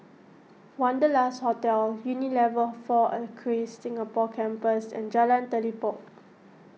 Wanderlust Hotel Unilever four Acres Singapore Campus and Jalan Telipok